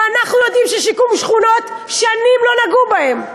ואנחנו יודעים ששיקום שכונות, שנים לא נגעו בהן.